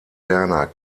werner